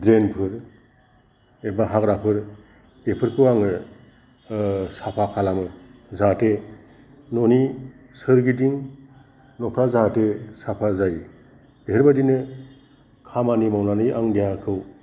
ड्रेनफोर एबा हाग्राफोर बेफोरखौ आङो साफा खालामो जाहाथे न'नि सोरगिदिं न'फ्रा जाहाथे साफा जायो बेफोरबायदिनो खामानि मावनानै आं देहाखौ